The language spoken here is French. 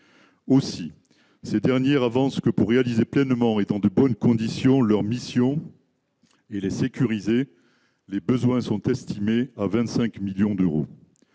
aussi cette dernière avance que pour réaliser pleinement étant de bonnes conditions leur mission et les sécuriser les besoins sont estimés à 25 millions d'euros,